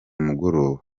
mugoroba